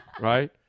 right